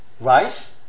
rice